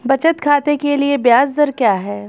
बचत खाते के लिए ब्याज दर क्या है?